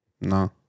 No